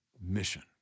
mission